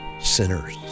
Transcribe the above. sinners